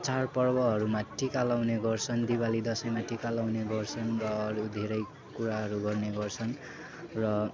चाडपर्वहरूमा टिका लाउने गर्छन् दिवाली दसैँमा टिका लाउने गर्छन् र अरू धेरै कुराहरू गर्ने गर्छन् र